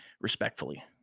respectfully